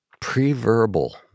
pre-verbal